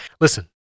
listen